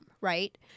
right